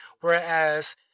Whereas